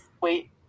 Wait